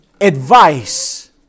advice